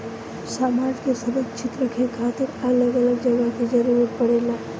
सामान के सुरक्षित रखे खातिर अलग अलग जगह के जरूरत पड़ेला